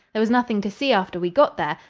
there was nothing to see after we got there,